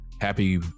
Happy